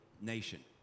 nation